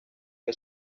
que